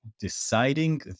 deciding